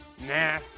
Nah